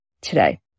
today